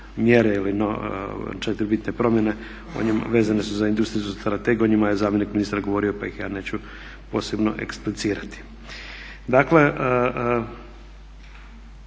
mjere ili četiri bitne promjene a vezane su za industrijsku strategiju o njima je zamjenik ministra govorio pa ih ja neću posebno eksplicirati. Dakle,